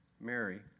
Mary